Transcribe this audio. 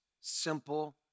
simple